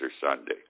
Sunday